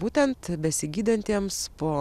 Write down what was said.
būtent besigydantiems po